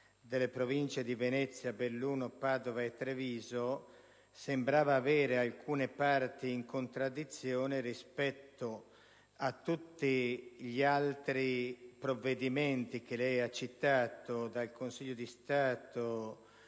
delle Province di Venezia, Belluno, Padova e Treviso sembrava avere alcune parti in contraddizione rispetto a tutti gli altri provvedimenti, da quello del Consiglio di Stato